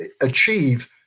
achieve